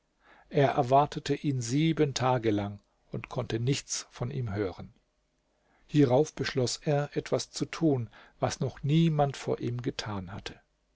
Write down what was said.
er erwartete ihn sieben tage lang und konnte nichts von ihm hören hierauf beschloß er etwas zu tun was noch niemand vor ihm getan hatte